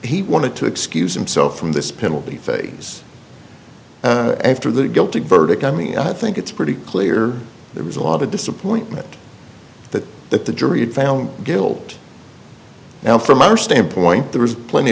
he wanted to excuse himself from this penalty phase after the guilty verdict on me i think it's pretty clear there was a lot of disappointment that that the jury had found guilt now from our standpoint there is plenty